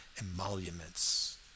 emoluments